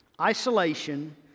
Isolation